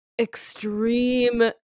extreme